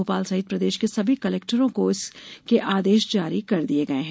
भोपाल सहित प्रदेश के सभी कलेक्टरों को इसके आदेश जारी कर दिये गये है